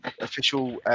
official